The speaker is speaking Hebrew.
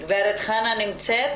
לבריאות הנפש בפסיכולוגיה הציבורית.